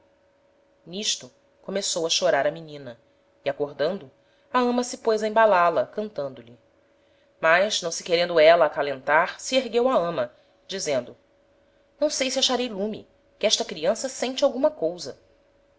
n'isto começou a chorar a menina e acordando a ama se pôs a embalá la cantando lhe mas não se querendo éla acalentar se ergueu a ama dizendo não sei se acharei lume que esta criança sente alguma cousa